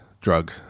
drug